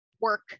work